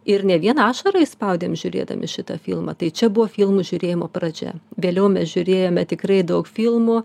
ir ne vieną ašarą išspaudėm žiūrėdami šitą filmą tai čia buvo filmų žiūrėjimo pradžia vėliau mes žiūrėjome tikrai daug filmų